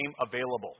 available